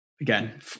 Again